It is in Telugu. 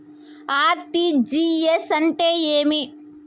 ఆర్.టి.జి.ఎస్ అంటే ఏమి?